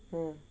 mm